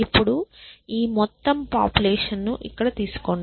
ఇప్పుడు ఈ మొత్తం పాపులేషన్ ను ఇక్కడ తీసుకోండి